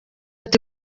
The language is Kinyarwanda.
ati